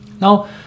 Now